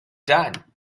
done